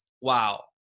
wow